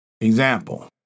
Example